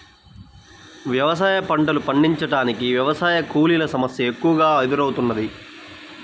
వ్యవసాయ పంటలు పండించటానికి వ్యవసాయ కూలీల సమస్య ఎక్కువగా ఎదురౌతున్నది